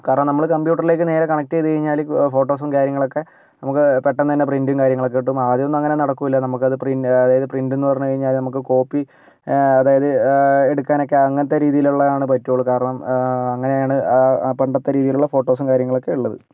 കാരണം നമ്മൾ കംപ്യൂട്ടറിലേക്ക് നേരെ കണക്ട് ചെയ്ത് കഴിഞ്ഞാൽ ഫോട്ടോസും കാര്യങ്ങളൊക്കെ നമുക്ക് പെട്ടെന്ന് തന്നെ പ്രിൻറ്റും കാര്യങ്ങളൊക്കെ കിട്ടും ആദ്യമൊന്നും അങ്ങനെ നടക്കില്ല നമുക്കത് അതായത് പ്രിൻ്റെന്ന് പറഞ്ഞ് കഴിഞ്ഞാൽ നമുക്ക് കോപ്പി അതായത് എടുക്കാനൊക്കെ അങ്ങനത്തെ രീതിയിലുള്ളതാണ് പറ്റുകയുള്ളൂ കാരണം അങ്ങനെയാണ് ആ പണ്ടത്തെ രീതിയിലുള്ള ഫോട്ടോസും കാര്യങ്ങളൊക്കെ ഉള്ളത്